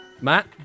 Matt